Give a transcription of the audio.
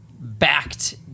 backed